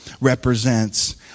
represents